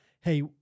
hey